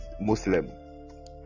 muslim